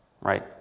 right